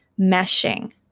meshing